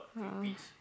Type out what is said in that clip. a'ah